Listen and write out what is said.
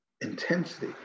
intensity